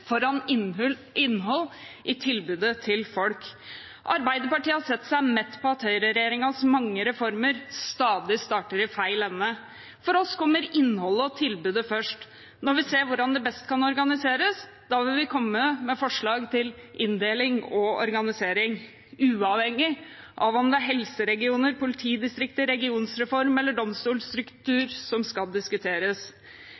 foran innhold i tilbudet til folk. Arbeiderpartiet har sett seg mett på at høyreregjeringens mange reformer stadig starter i feil ende. For oss kommer innhold og tilbud først. Når vi ser hvordan det best kan organiseres, vil vi komme med forslag til inndeling og organisering, uavhengig av om det er helseregioner, politidistrikter, regionreform eller